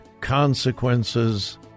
consequences